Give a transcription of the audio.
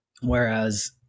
Whereas